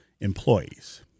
employees